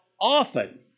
often